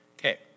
Okay